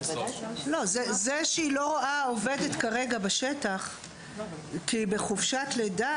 זה שהיא לא רואה עובדת כרגע בשטח כי היא בחופשת לידה